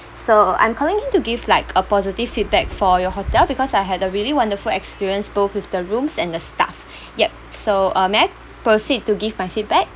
so I'm calling in to give like a positive feedback for your hotel because I had a really wonderful experience both with the rooms and the staff yup so uh may I proceed to give my feedback